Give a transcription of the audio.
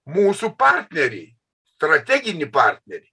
mūsų partnerį strateginį partnerį